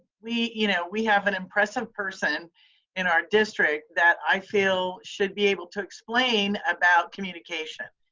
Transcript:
we you know we have an impressive person in our district that i feel should be able to explain about communication.